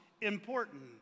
important